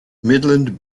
midland